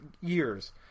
years